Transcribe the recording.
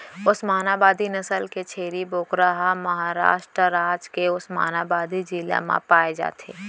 ओस्मानाबादी नसल के छेरी बोकरा ह महारास्ट राज के ओस्मानाबादी जिला म पाए जाथे